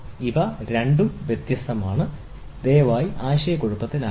ഇവ രണ്ടും വ്യത്യസ്തമാണ് ദയവായി ആശയക്കുഴപ്പത്തിലാകരുത്